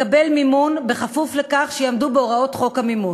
לקבל מימון, כפוף לכך שיעמדו בהוראות חוק המימון.